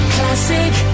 Classic